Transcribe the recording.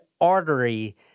artery